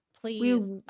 Please